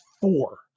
four